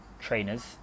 trainers